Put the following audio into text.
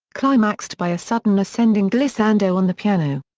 climaxed by a sudden ascending glissando on the piano.